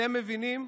אתם מבינים?